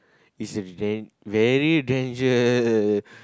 it's a dan~ very danger